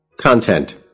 Content